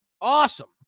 Awesome